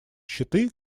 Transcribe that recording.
щиты